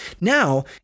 Now